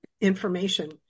information